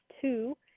two